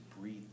breathe